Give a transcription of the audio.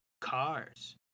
cars